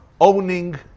owning